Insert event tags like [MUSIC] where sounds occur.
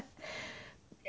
[BREATH]